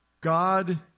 God